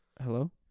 Hello